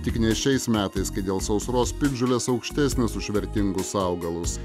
tik ne šiais metais kai dėl sausros piktžolės aukštesnės už vertingus augalus